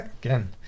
Again